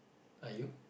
are you